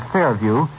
Fairview